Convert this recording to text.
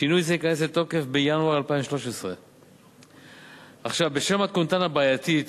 שינוי זה ייכנס לתוקף בינואר 2013. בשל מתכונתן הבעייתית,